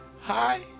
Hi